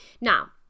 Now